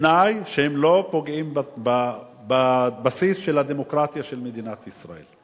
בתנאי שהן לא פוגעות בבסיס של הדמוקרטיה של מדינת ישראל.